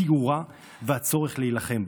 כיעורה והצורך להילחם בה.